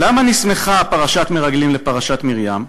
למה נסמכה פרשת המרגלים לפרשת מרים?